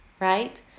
right